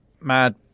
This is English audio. mad